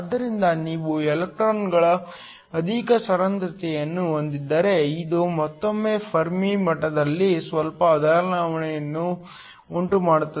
ಆದ್ದರಿಂದ ನೀವು ಎಲೆಕ್ಟ್ರಾನ್ಗಳ ಅಧಿಕ ಸಾಂದ್ರತೆಯನ್ನು ಹೊಂದಿದ್ದರೆ ಇದು ಮತ್ತೊಮ್ಮೆ ಫೆರ್ಮಿ ಮಟ್ಟದಲ್ಲಿ ಸ್ವಲ್ಪ ಬದಲಾವಣೆಯನ್ನು ಉಂಟುಮಾಡುತ್ತದೆ